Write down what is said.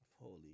Holy